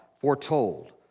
foretold